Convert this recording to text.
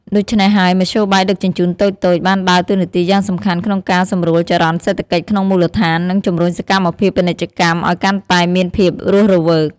ដូច្នេះហើយ មធ្យោបាយដឹកជញ្ជូនតូចៗបានដើរតួនាទីយ៉ាងសំខាន់ក្នុងការសម្រួលចរន្តសេដ្ឋកិច្ចក្នុងមូលដ្ឋាន និងជំរុញសកម្មភាពពាណិជ្ជកម្មឱ្យកាន់តែមានភាពរស់រវើក។